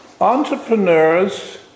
entrepreneurs